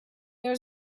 there